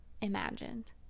imagined